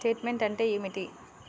Statement అంటే ఏమిటి?